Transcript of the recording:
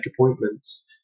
appointments